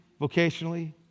vocationally